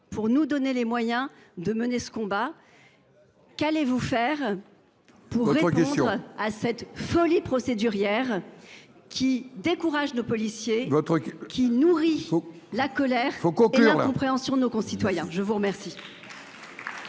pour nous donner les moyens de mener ce combat. Votre question ! Qu’allez vous faire pour répondre à cette folie procédurière, qui décourage nos policiers et nourrit la colère et l’incompréhension de nos concitoyens ? La parole